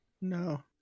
no